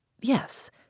Yes